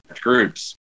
groups